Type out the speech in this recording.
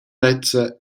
lezza